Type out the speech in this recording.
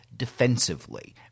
defensively